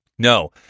No